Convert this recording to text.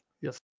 Yes